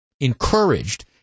encouraged